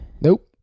Nope